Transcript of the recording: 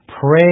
Pray